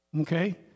Okay